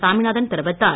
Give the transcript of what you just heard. சாமிநாதன் தெரிவித்தார்